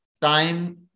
time